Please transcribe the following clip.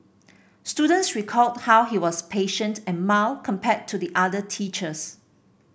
students recalled how he was patient and mild compared to the other teachers